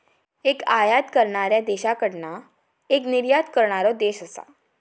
एक आयात करणाऱ्या देशाकडना एक निर्यात करणारो देश असा